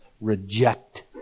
reject